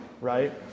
Right